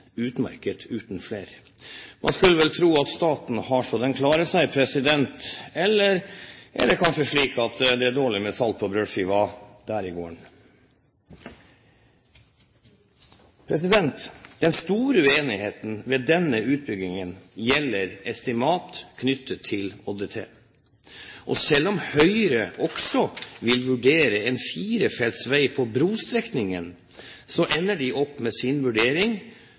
utmerket uten flere. Man skulle vel tro at staten har så den klarer seg, eller er det kanskje slik at det er dårlig med å ha til salt i maten der i gården? Den store uenigheten ved denne utbyggingen gjelder estimatet knyttet til ÅDT, årsdøgntrafikk. Selv om Høyre også vil vurdere en firefeltsveg på brostrekningen, ender de opp med sin vurdering